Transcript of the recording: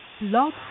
love